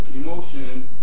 emotions